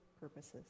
purposes